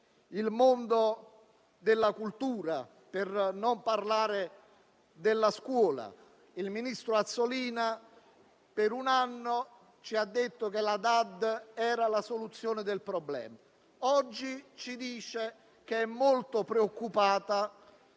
il mondo della cultura, per non parlare della scuola. Il ministro Azzolina per un anno ci ha detto che la Dad era la soluzione del problema; oggi ci dice che è molto preoccupata